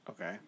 Okay